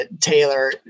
Taylor